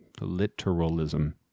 literalism